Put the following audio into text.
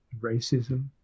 racism